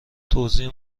توزیع